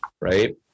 Right